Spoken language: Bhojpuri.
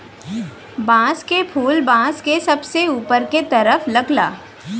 बांस क फुल बांस के सबसे ऊपर के तरफ लगला